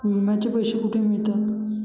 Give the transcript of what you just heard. विम्याचे पैसे कुठे मिळतात?